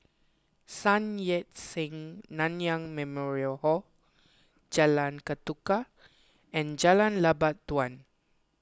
Sun Yat Sen Nanyang Memorial Hall Jalan Ketuka and Jalan Lebat Daun